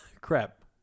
Crap